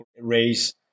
raise